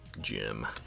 Jim